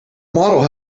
model